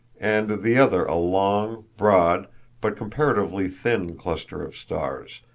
and the other a long, broad but comparatively thin cluster of stars,